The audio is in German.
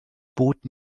boot